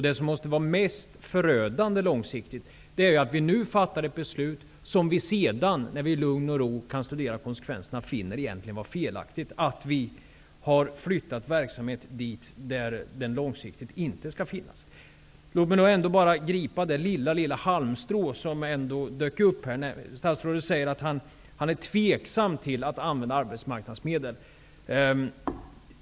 Det som måste vara mest förödande på lång sikt är att vi nu fattar ett beslut som vi sedan, när vi i lugn och ro kan studera konsekvenserna, finner vara felaktigt, dvs. att vi har flyttat verksamheten dit, där den på lång sikt inte skall finnas. Låt mig gripa det lilla halmstrå som ändå dök upp. Statsrådet säger att han är tveksam till att använda arbetsmarknadsmedel.